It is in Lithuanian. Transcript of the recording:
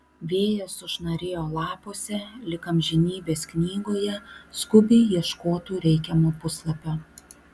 vėjas sušnarėjo lapuose lyg amžinybės knygoje skubiai ieškotų reikiamo puslapio